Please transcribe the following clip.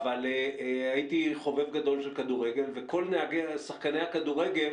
הייתי חובב גדול של כדורגל וכל שחקני הכדורגל,